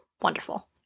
Wonderful